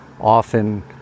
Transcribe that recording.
often